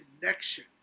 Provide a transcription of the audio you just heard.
connection